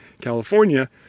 California